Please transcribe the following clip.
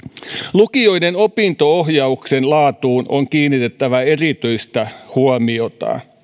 lukioiden opinto ohjauksen laatuun on kiinnitettävä erityistä huomiota